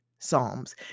Psalms